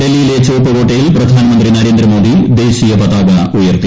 ഡൽഹിയിലെ ചുവപ്പുകോട്ടയിൽ പ്രധാനമന്ത്രി നരേന്ദ്രമോദി ദേശീയപതാക ഉയർത്തി